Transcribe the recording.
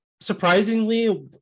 surprisingly